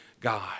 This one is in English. God